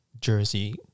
Jersey